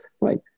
right